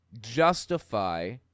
justify